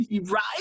Right